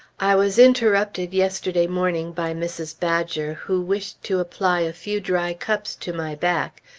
i was interrupted yesterday morning by mrs. badger, who wished to apply a few dry cups to my back,